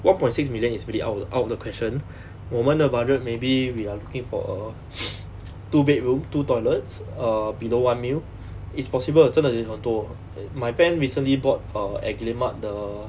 one point six million is really out of out of the question 我们的 budget maybe we are looking for a two bedroom two toilets err below one million it's possible 真的有好多 my friend recently bought err at guillemard the